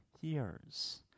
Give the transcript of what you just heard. years